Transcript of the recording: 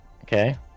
okay